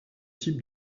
type